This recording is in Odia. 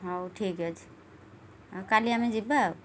ହଉ ଠିକ୍ ଅଛି ହଁ କାଲି ଆମେ ଯିବା ଆଉ